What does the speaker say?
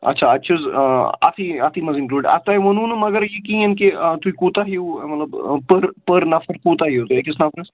اَچھا اَتہِ چھُس اَتھٕے اَتھٕے منٛزٕے اِنٛکلوٗڈ اَتھ تۄہہِ ووٚنوٕ نہٕ مگر یہِ کِہیٖنۍ کہِ تُہۍ کوٗتاہ ہیوٗ مطلب پٔر پٔر نَفر کوٗتاہ یِیِو تُہۍ أکِس نَفرَس